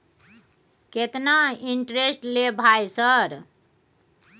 केतना इंटेरेस्ट ले भाई सर?